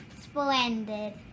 splendid